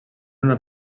una